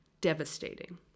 devastating